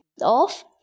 off